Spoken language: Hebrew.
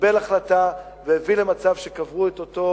קיבל החלטה והביא למצב שקברו את אותו